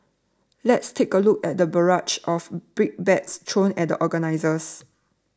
let's take a look at the barrage of brickbats thrown at the organisers